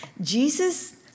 Jesus